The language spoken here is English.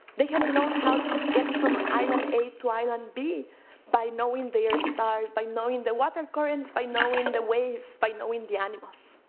they have known how to get from island a to island b by knowing their stars, by knowing the water currents, by knowing the waves, by knowing the animals.